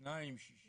שניים, שישים?